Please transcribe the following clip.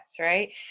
Right